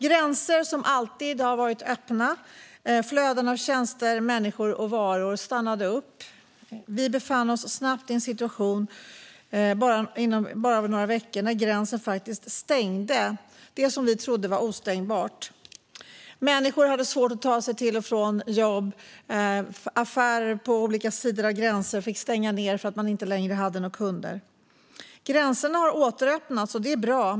Gränser som alltid har varit öppna stängdes, och flöden av tjänster, människor och varor stannade upp. Vi hamnade snabbt, på bara några veckor, i en situation där gränser som vi trodde var ostängbara faktiskt stängdes. Människor hade svårt att ta sig till och från jobb. Affärer på olika sidor av gränser fick stänga för att man inte längre hade några kunder. Gränserna har återöppnats, och det är bra.